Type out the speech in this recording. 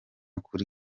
kuri